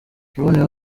yaboneyeho